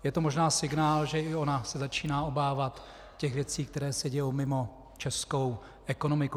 Je to možná signál, že i ona se začíná obávat těch věcí, které se dějí mimo českou ekonomiku.